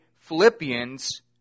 Philippians